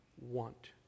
want